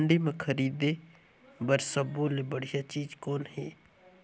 मंडी म खरीदे बर सब्बो ले बढ़िया चीज़ कौन हे?